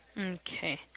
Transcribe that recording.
Okay